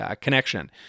connection